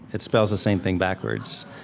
it spells the same thing backwards.